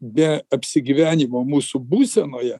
be apsigyvenimo mūsų būsenoje